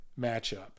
matchup